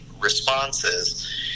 responses